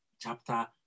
chapter